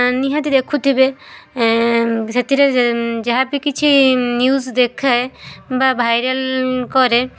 ନିହାତି ଦେଖୁଥିବେ ସେଥିରେ ଯେ ଯାହାବି କିଛି ନ୍ୟୁଜ୍ ଦେଖାଏ ବା ଭାଇରାଲ୍ କରେ